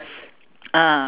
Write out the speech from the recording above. ah